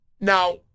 Now